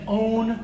own